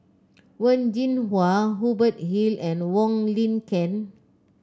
Wen Jinhua Hubert Hill and Wong Lin Ken